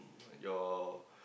your